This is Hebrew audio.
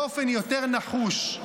באופן יותר נחוש,